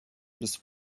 bis